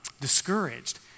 discouraged